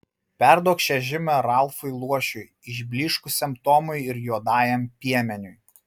perduok šią žinią ralfui luošiui išblyškusiam tomui ir juodajam piemeniui